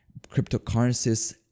cryptocurrencies